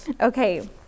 Okay